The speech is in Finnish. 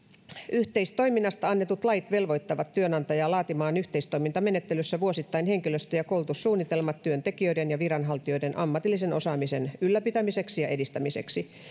yhteistoiminnasta annetut lait velvoittavat työnantajaa laatimaan yhteistoimintamenettelyssä vuosittain henkilöstö ja koulutussuunnitelmat työntekijöiden ja viranhaltijoiden ammatillisen osaamisen ylläpitämiseksi ja edistämiseksi